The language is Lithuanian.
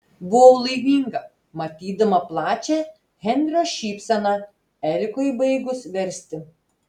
buvau laiminga matydama plačią henrio šypseną erikui baigus versti